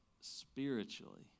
spiritually